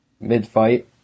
mid-fight